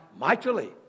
mightily